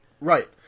Right